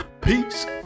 Peace